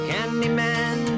Candyman